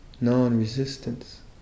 Non-resistance